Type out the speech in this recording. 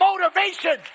motivation